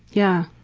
yeah.